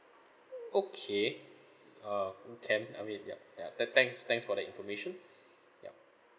okay uh can I mean ya ya th~ thanks thanks for the information ya